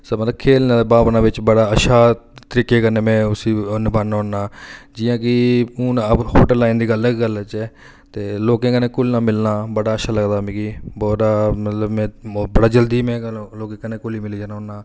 मतलब खेढने दी भावना च बड़ा अच्छा तरीके कन्नै में उसी नभान्ना होन्ना जियां कि हून होटल लाईन दी गै गल्ल लाई लैह्चै ते लोकें कन्नै घुलना मिलना बड़ा अच्छा लगदा मिगी बड़ा मतलब में मिगी बड़ा जल्दी मतलब कि घुली मिली जन्ना होन्ना